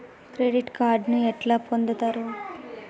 Credit కార్డులను ఎట్లా పొందుతరు?